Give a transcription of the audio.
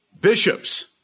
Bishops